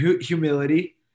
humility